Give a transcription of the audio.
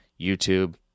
YouTube